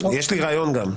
יש לי גם רעיון.